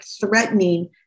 threatening